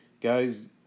Guys